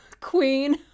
queen